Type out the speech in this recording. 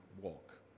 walk